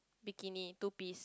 bikini two piece